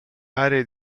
aree